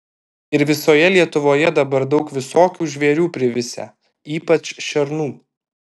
ir visoje lietuvoje dabar daug visokių žvėrių privisę ypač šernų